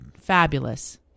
fabulous